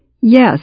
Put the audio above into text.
Yes